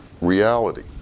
reality